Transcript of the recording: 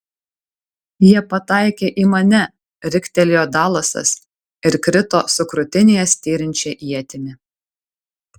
jie pataikė į mane riktelėjo dalasas ir krito su krūtinėje styrinčia ietimi